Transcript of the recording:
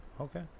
Okay